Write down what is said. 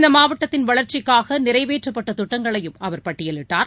இந்தமாவட்டத்தின் வளர்ச்சிக்காகநிறைவேற்றப்பட்டதிட்டங்களையும் அவர் பட்டியலிட்டார்